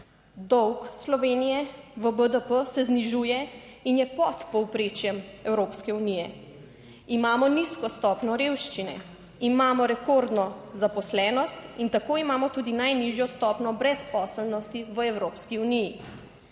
Dolg Slovenije v BDP se znižuje in je pod povprečjem Evropske unije. Imamo nizko stopnjo revščine, imamo rekordno zaposlenost in tako imamo tudi najnižjo stopnjo brezposelnosti v Evropski uniji.